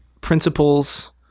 principles